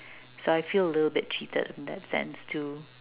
so I feel a little bit cheated in that sense too